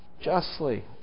justly